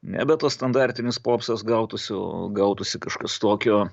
ne be tas standartinis popsas gautųsi o gautųsi kažkas tokio